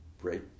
break